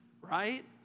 right